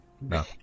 No